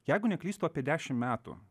jeigu neklystu apie dešimt metų